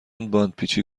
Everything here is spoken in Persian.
باندپیچی